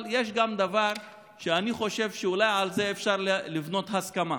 אבל יש גם דבר שאני חושב שאולי עליו אפשר לבנות הסכמה.